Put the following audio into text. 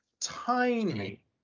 tiny